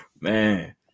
Man